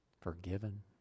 Forgiven